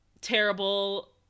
terrible